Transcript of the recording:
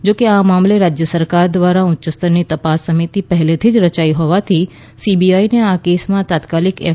જો કે આ મામલે રાજ્ય સરકાર દ્વારા ઉચ્ય સ્તરની તપાસ સમિતિ પહેલેથી જ રચાઈ હોવાથી સીબીઆઈને આ કેસમાં તાત્કાલિક એફ